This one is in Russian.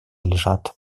лежат